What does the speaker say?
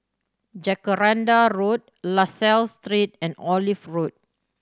Jacaranda Road La Salle Street and Olive Road